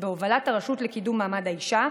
בהובלת הרשות לקידום מעמד האישה,